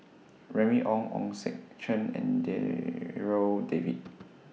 Remy Ong Ong Sek Chern and Darryl David